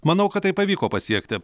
manau kad tai pavyko pasiekti